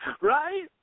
Right